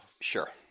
Sure